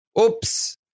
Oops